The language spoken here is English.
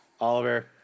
Oliver